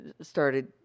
started